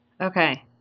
okay